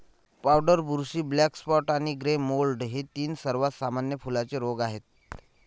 powder बुरशी, black spot आणि grey mould हे तीन सर्वात सामान्य फुलांचे रोग आहेत